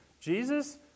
Jesus